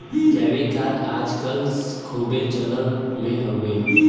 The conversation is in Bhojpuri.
जैविक खाद आज कल खूबे चलन मे हउवे